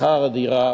בשכר הדירה